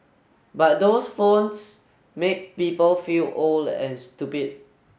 but those phones make people feel old and stupid